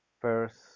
first